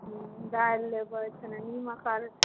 हुँ दालि लेबै तनि निम्मक आओर